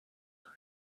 are